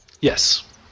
Yes